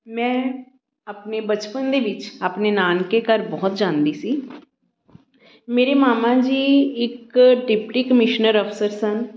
ਮੈਂ ਆਪਣੇ ਬਚਪਨ ਦੇ ਵਿੱਚ ਆਪਣੇ ਨਾਨਕੇ ਘਰ ਬਹੁਤ ਜਾਂਦੀ ਸੀ ਮੇਰੇ ਮਾਮਾ ਜੀ ਇੱਕ ਡਿਪਟੀ ਕਮਿਸ਼ਨਰ ਅਫਸਰ ਸਨ